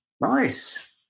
Nice